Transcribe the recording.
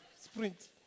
sprint